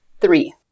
Three